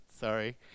Sorry